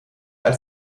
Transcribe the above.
als